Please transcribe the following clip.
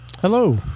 Hello